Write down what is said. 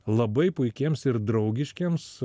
labai puikiems ir draugiškiems